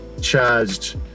charged